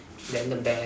then the bear